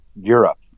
Europe